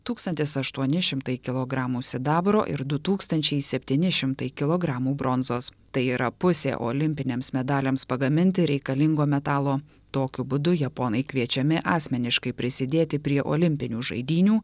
tūkstantis aštuoni šimtai kilogramų sidabro ir du tūkstančiai septyni šimtai kilogramų bronzos tai yra pusė olimpiniams medaliams pagaminti reikalingo metalo tokiu būdu japonai kviečiami asmeniškai prisidėti prie olimpinių žaidynių